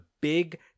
big